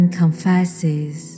confesses